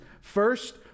first